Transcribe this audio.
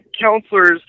counselors